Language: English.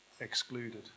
excluded